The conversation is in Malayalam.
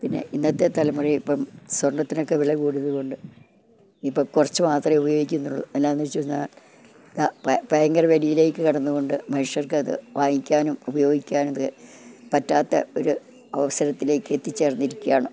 പിന്നെ ഇന്നത്തെ തലമുറയിപ്പം സ്വർണ്ണത്തിനൊക്കെ വില കൂടിയതു കൊണ്ട് ഇപ്പം കുറച്ചു മാത്രമേ ഉപയോഗിക്കുന്നുള്ളൂ എന്നായെന്നു വെച്ചു കഴിഞ്ഞാൽ ഭയങ്കര വെളിയിലേക്ക് കടന്നു കൊണ്ട് മനുഷ്യർക്കത് വാങ്ങിക്കാനും ഉപയോഗിക്കാനത് പറ്റാത്ത ഒരു അവസരത്തിലേക്കെത്തിച്ചേർന്നിരിക്കുകയാണ്